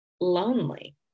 lonely